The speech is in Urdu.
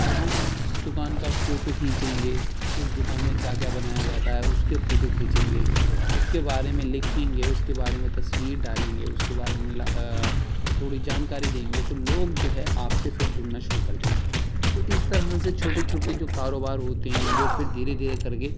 اب ہم اس دکان کا فوٹو کھینچیں گے اس دکان میں کیا کیا بنایا جاتا ہے اس کے فوٹو کھینچیں گے اس کے بارے میں لکھیں گے اس کے بارے میں تصویر ڈالیں گے اس کے بارے میں تھوڑی جانکاری دیں گے تو لوگ جو ہے آپ سے پھر جڑنا شروع کر دیں گے تو اس طرح سے چھوٹے چھوٹے جو کاروبار ہوتے ہیں وہ پھر دھیرے دھیرے کر کے